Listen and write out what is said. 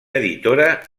editora